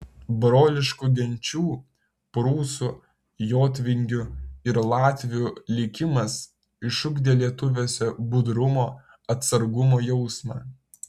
broliškų genčių prūsų jotvingių ir latvių likimas išugdė lietuviuose budrumo atsargumo jausmą